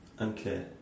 Okay